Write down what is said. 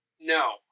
No